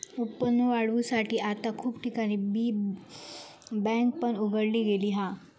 उत्पन्न वाढवुसाठी आता खूप ठिकाणी बी बँक पण उघडली गेली हा